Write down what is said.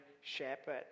shepherd